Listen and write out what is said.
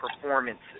performances